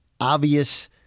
obvious